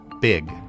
big